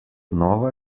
nova